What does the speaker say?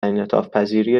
انعطافپذیری